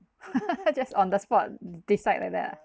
just on the spot decide like that